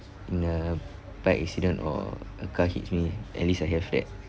in the bike accident or a car hits me at least I have that